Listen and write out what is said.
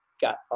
got